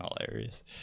hilarious